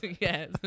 yes